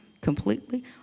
completely